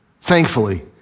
thankfully